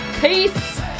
Peace